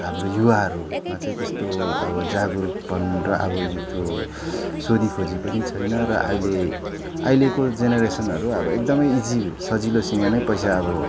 हाम्रो युवाहरूमा चाहिँ त्यस्तो अब जागरुकपन र अब त्यो सोधीखोजी पनि छैन र अहिले अहिलेको जेनेरेसनहरू एकदमै इजी सजिलोसँग नै पैसा अब